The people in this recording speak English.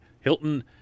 Hilton